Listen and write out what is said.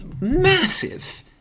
Massive